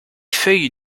feuilles